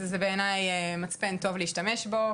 הוא בעיניי מצפן טוב להשתמש בו,